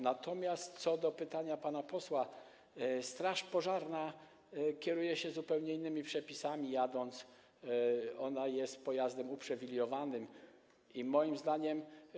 Natomiast co do pytania pana posła - straż pożarna kieruje się zupełnie innymi przepisami, jadąc, ona jest pojazdem uprzywilejowanym i moim zdaniem.